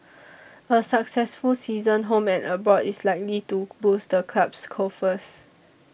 a successful season home and abroad is likely to boost the club's coffers